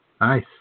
Nice